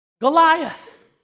Goliath